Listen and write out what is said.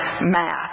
math